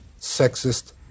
Sexist